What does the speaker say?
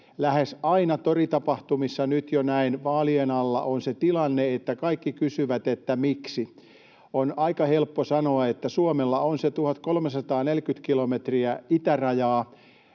Lähes aina toritapahtumissa — nyt jo näin vaalien alla — on se tilanne, että kaikki kysyvät, miksi. On aika helppo sanoa, että Suomella on se 1 340 kilometriä itärajaa